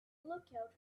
lookout